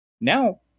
Now